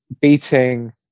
beating